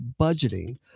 budgeting